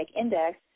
index